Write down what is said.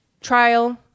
trial